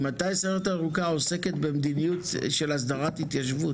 ממתי הסיירת הירוקה עוסקת במדיניות של הסדרת התיישבות?